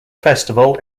festival